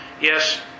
yes